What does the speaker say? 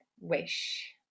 wish